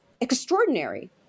extraordinary